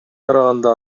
караганда